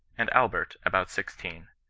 and albert about sixteen.